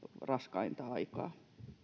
raskainta aikaa